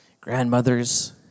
grandmothers